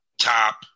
top